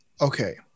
Okay